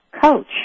coach